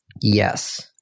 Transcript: Yes